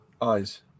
eyes